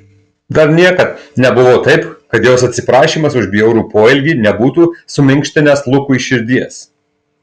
dar niekad nebuvo taip kad jos atsiprašymas už bjaurų poelgį nebūtų suminkštinęs lukui širdies